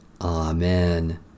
Amen